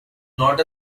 not